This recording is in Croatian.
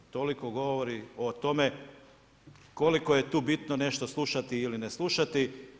Toliko govori o tome koliko je tu bitno nešto slušati ili ne slušati.